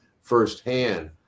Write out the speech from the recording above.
firsthand